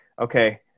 okay